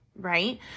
right